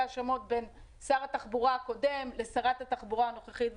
האשמות בין שר התחבורה הקודם לשרת התחבורה הנוכחית.